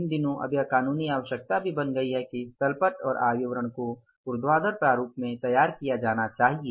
इन दिनों अब यह क़ानूनी आवश्यकता भी बन गई है कि तल पट और आय विवरण को ऊर्ध्वाधर प्रारूप में तैयार किया जाना चाहिए